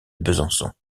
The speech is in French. besançon